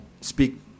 speak